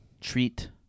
Treat